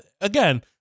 Again